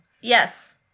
Yes